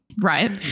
Right